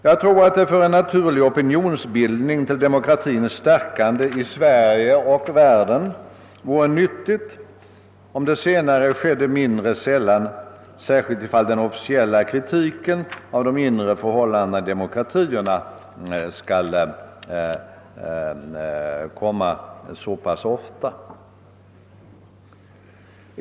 Jag tror att det för en naturlig opinionsbildning till demokratins stärkande i Sverige och hela världen vore nyttigt, om det senare skedde mindre sällan, särskilt ifall den officiella kritiken av de inre förhållandena i utländska demokratier skall förekomma så pass ofta.